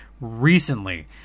recently